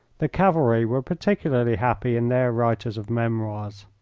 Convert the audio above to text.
the cavalry were particularly happy in their writers of memoirs.